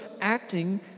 acting